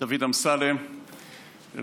17 ו-19,